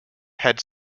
had